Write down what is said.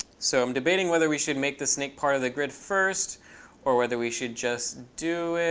so i'm debating whether we should make the snake part of the grid first or whether we should just do it.